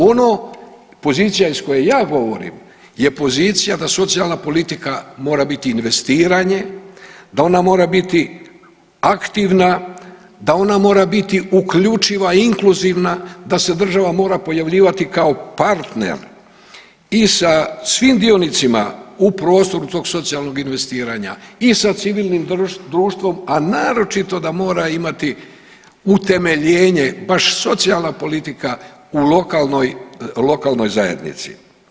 Ono pozicija iz koje ja govorim je pozicija da socijalna politika mora biti investiranje, da ona mora biti aktivna, da ona mora biti uključiva i inkluzivna, da se država mora pojavljivati kao partner i sa svim dionicima u prostoru tog socijalnog investiranja i sa civilnim društvom, a naročito da mora imati utemeljenje baš socijalna politika u lokalnoj, lokalnoj zajednici.